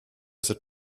cette